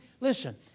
Listen